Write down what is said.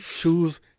Choose